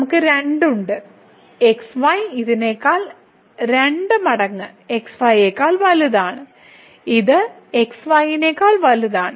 നമുക്ക് 2 ഉണ്ട് xy ഇതിനേക്കാൾ 2 മടങ്ങ് xy യെക്കാൾ വലുതാണ് ഇത് xy നേക്കാൾ വലുതാണ്